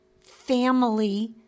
family